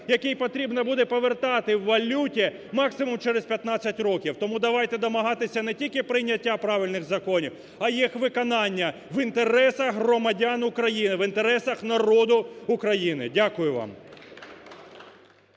який потрібно буде повертати у валюті максимум через 15 років. Тому давайте домагатися не тільки прийняття правильних законів, а їх виконання в інтересах громадян України, в інтересах народу України. Дякую вам.